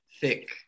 thick